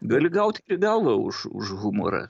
gali gaut ir į galvą už už humorą